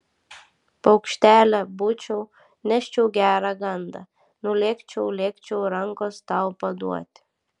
paukštelė būčiau neščiau gerą gandą nulėkčiau lėkčiau rankos tau paduoti